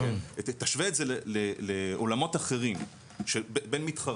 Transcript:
תשווה את זה לעולמות אחרים בין מתחרים.